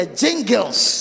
jingles